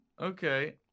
Okay